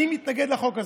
אני מתנגד לחוק הזה.